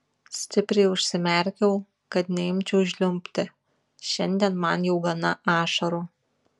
stipriai užsimerkiau kad neimčiau žliumbti šiandien man jau gana ašarų